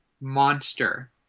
Monster